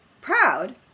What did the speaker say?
Proud